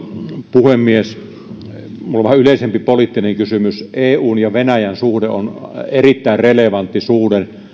puhemies minulla on vähän yleisempi poliittinen kysymys eun ja venäjän suhde on erittäin relevantti suhde